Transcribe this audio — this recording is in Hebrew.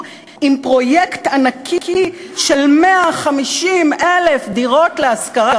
עם פרויקט ענקי של 150,000 דירות להשכרה,